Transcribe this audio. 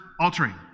altering